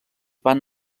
van